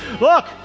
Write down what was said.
Look